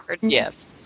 Yes